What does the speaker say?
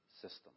system